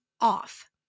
off